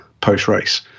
post-race